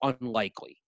unlikely